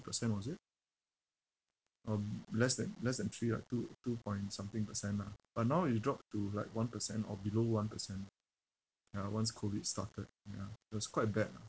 percent was it um less than less than three right two two point something percent lah but now it dropped to like one percent or below one percent ya once COVID started ya it was quite bad lah